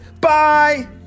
Bye